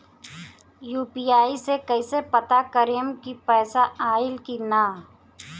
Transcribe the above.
UPI से कईसे पता करेम की पैसा आइल की ना?